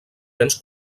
béns